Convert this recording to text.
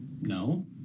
No